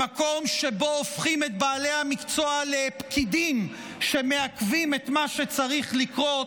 במקום שבו הופכים את בעלי המקצוע לפקידים שמעכבים את מה שצריך לקרות,